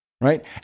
right